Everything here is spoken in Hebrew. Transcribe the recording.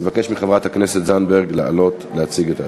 אני מבקש מחברת הכנסת זנדברג לעלות להציג את ההצעה.